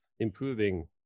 improving